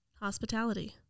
hospitality